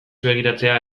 begiratzea